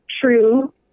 true